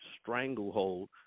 stranglehold